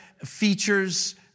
features